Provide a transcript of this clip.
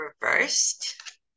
reversed